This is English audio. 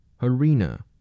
Harina